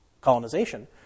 colonization